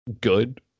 good